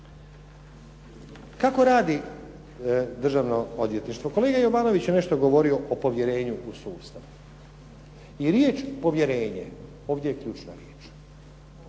Kako radi Državno odvjetništvo? Kolega Jovanović je nešto govorio o povjerenju u sustav i riječ povjerenje ovdje je ključna riječ.